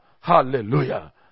Hallelujah